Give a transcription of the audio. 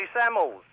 Samuels